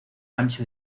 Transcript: ancho